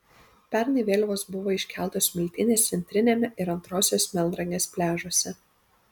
pernai vėliavos buvo iškeltos smiltynės centriniame ir antrosios melnragės pliažuose